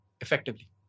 effectively